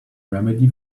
remedy